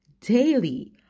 daily